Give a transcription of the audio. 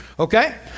Okay